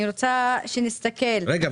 אני רוצה שנסתכל --- רגע,